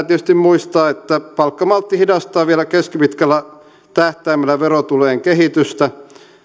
tietysti muistaa että palkkamaltti hidastaa vielä keskipitkällä tähtäimellä verotulojen kehitystä